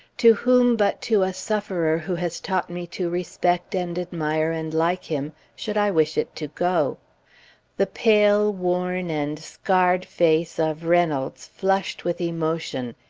to whom but to a sufferer who has taught me to respect, and admire, and like him, should i wish it to go the pale, worn, and scarred face of reynolds flushed with emotion,